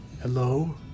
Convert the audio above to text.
Hello